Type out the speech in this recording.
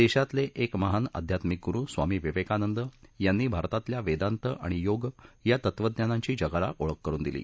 देशातले एक महान आध्यात्मिक गूरु स्वामी विवेकानंद यांनी भारतातल्या वेदांत आणि योग या तत्वज्ञानांची जगाला ओळख करुन दिली